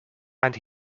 and